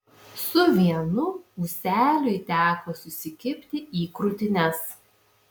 su vienu ūseliui teko susikibti į krūtines